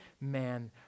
man